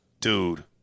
Dude